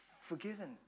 Forgiven